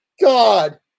God